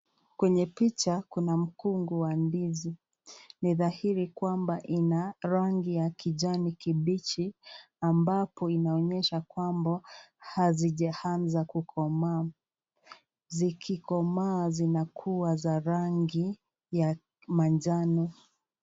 Kwenye picha Kuna mkungu wa ndizi. Ni dhairi kwamba ina rangi ya kijani kibichi. Ambapo inaonyesha kwamba hazija anza kukomaa. Zikikomaa, zinakuwa za rangi ya manjano.